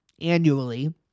annually